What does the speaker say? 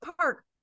park